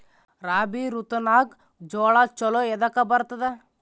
ರಾಬಿ ಋತುನಾಗ್ ಜೋಳ ಚಲೋ ಎದಕ ಬರತದ?